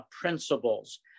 principles